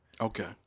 Okay